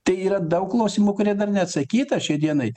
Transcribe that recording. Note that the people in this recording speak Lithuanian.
tai yra daug klausimų kurie dar neatsakyta šiai dienai